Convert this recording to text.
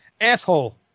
Asshole